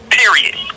period